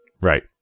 Right